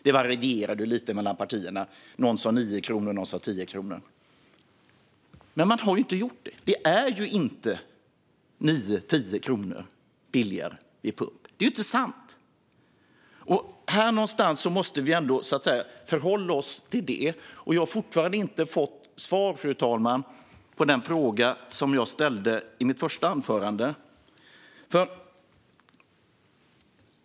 Det varierade lite mellan partierna. Någon sa 9 kronor. Någon sa 10 kronor. Men man har inte gjort detta. Det är inte 9-10 kronor billigare vid pump. Detta är alltså inte sant. Vi måste ändå förhålla oss till det. Fru talman! Jag har fortfarande inte fått svar på den fråga som jag ställde i mitt första anförande.